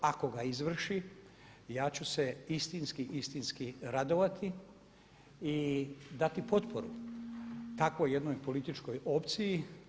Ako ga izvrši ja ću se istinski radovati i dati potporu takvoj jednoj političkoj opciji.